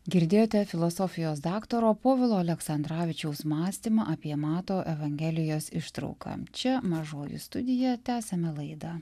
girdėjote filosofijos daktaro povilo aleksandravičiaus mąstymą apie mato evangelijos ištrauką čia mažoji studija tęsiame laidą